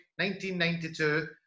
1992